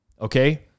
Okay